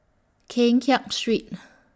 Keng Kiat Street